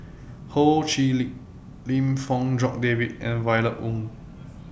Ho Chee Lick Lim Fong Jock David and Violet Oon